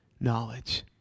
Knowledge